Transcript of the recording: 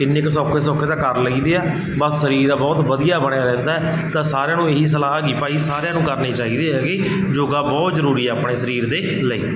ਕਿੰਨੀ ਕੁ ਸੌਖੇ ਸੌਖੇ ਤਾਂ ਕਰ ਲਈਦੇ ਆ ਬਸ ਸਰੀਰ ਦਾ ਬਹੁਤ ਵਧੀਆ ਬਣਿਆ ਰਹਿੰਦਾ ਤਾਂ ਸਾਰਿਆਂ ਨੂੰ ਇਹੀ ਸਲਾਹ ਹੈਗੀ ਭਾਈ ਸਾਰਿਆਂ ਨੂੰ ਕਰਨਾ ਚਾਹੀਦਾ ਹੈਗਾ ਯੋਗਾ ਬਹੁਤ ਜ਼ਰੂਰੀ ਹੈ ਆਪਣੇ ਸਰੀਰ ਦੇ ਲਈ